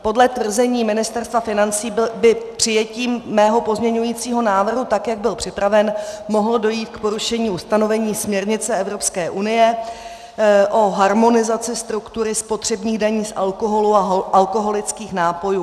Podle tvrzení Ministerstva financí by přijetím mého pozměňujícího návrhu tak, jak byl připraven, mohlo dojít k porušení ustanovení směrnice Evropské unie o harmonizaci struktury spotřebních daní z alkoholu a alkoholických nápojů.